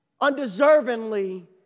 undeservingly